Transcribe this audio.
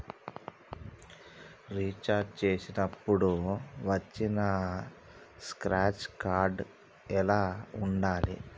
Recharge చేసినప్పుడు వచ్చిన scratch card ఎలా వాడాలి?